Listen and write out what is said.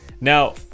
Now